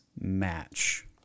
match